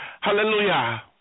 Hallelujah